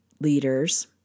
leaders